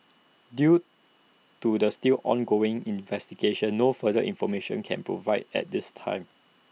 due to the still ongoing investigation no further information can be provided at this time